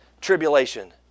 tribulation